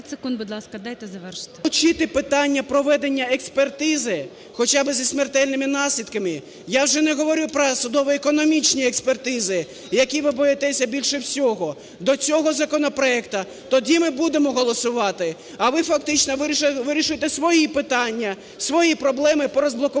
вирішуєте свої питання, свої проблеми по розблокуванню